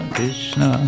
Krishna